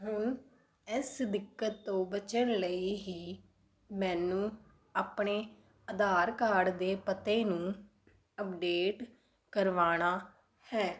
ਹੁਣ ਇਸ ਦਿੱਕਤ ਤੋਂ ਬਚਣ ਲਈ ਹੀ ਮੈਨੂੰ ਆਪਣੇ ਆਧਾਰ ਕਾਰਡ ਦੇ ਪਤੇ ਨੂੰ ਅਪਡੇਟ ਕਰਵਾਉਣਾ ਹੈ